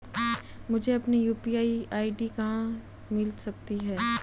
मुझे अपनी UPI ID कहां मिल सकती है?